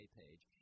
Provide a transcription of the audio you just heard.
page